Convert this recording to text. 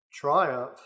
triumph